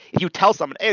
you tell someone, hey,